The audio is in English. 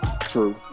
true